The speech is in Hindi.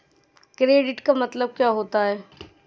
क्रेडिट का मतलब क्या होता है?